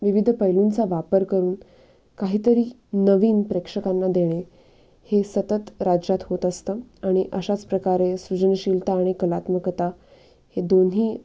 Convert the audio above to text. विविध पैलूंचा वापर करून काहीतरी नवीन प्रेक्षकांना देणे हे सतत राज्यात होत असतं आणि अशाच प्रकारे सृजनशीलता आणि कलात्मकता हे दोन्ही